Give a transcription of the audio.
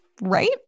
right